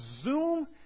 zoom